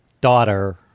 daughter